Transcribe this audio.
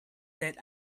that